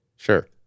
Sure